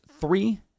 three